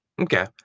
Okay